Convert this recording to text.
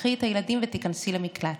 קחי את הילדים ותיכנסי למקלט.